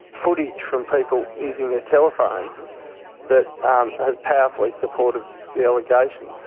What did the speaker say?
footage from people using their telephones that has powerfully supported the allegations.